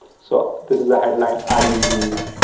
so, this is the headline i usually use.